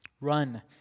Run